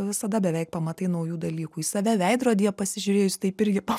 visada beveik pamatai naujų dalykų į save veidrodyje pasižiūrėjus taip irgi po